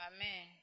Amen